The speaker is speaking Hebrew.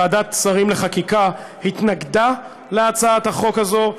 ועדת שרים לחקיקה התנגדה להצעת החוק הזאת,